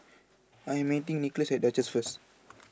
I am meeting Nickolas at Duchess first